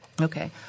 Okay